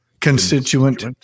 Constituent